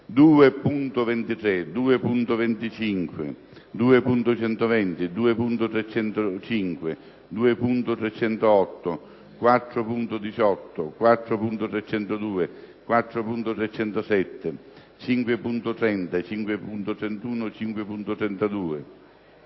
2.23, 2.25, 2.120, 2.305, 2.308, 4.18, 4.302, 4.307, 5.30, 5.31, 5.32,